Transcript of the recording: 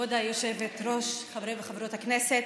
כבוד היושבת-ראש, חברות וחברי הכנסת,